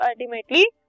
ultimately